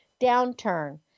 downturn